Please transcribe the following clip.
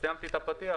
סיימתי את הפתיח.